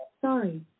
Sorry